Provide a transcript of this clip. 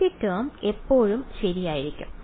ആദ്യ ടേം എപ്പോഴും ശരിയായിരിക്കും